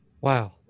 Wow